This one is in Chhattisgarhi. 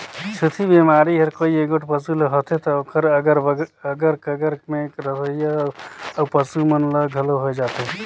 छूतही बेमारी हर कोई एगोट पसू ल होथे त ओखर अगर कगर में रहोइया अउ पसू मन ल घलो होय जाथे